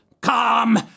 come